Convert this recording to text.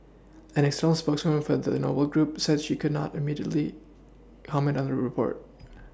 an external spokeswoman for the Noble group said she could not immediately comment on the report